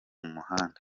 muhanda